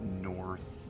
north